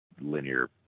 linear